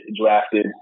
drafted